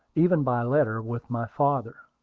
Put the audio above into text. even by letter, with my father.